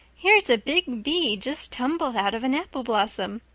here's a big bee just tumbled out of an apple blossom.